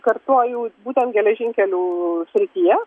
kartoju būtent geležinkelių srityje